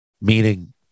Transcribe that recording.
Meaning